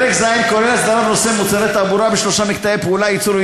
פרק ז' כולל הסדרה בנושא מוצרי תעבורה בשלושה מקטעי פעילות: ייצור,